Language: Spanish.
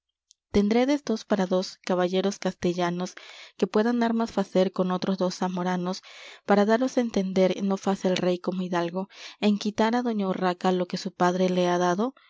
dos para dos caballeros castellanos que puedan armas facer con otros dos zamoranos para daros á entender no face el rey como hidalgo en quitar á doña urraca lo que su padre le ha dado